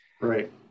right